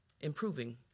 improving